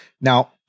now